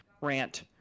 rant